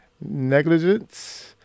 negligence